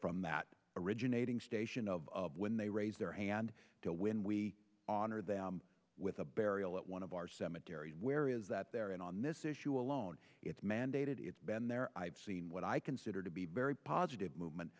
from that originating station of when they raise their hand when we honor them with a burial at one of our cemetery where is that they're in on this issue alone it's mandated it's been there i've seen what i consider to be very positive movement